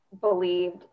believed